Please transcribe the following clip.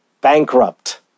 bankrupt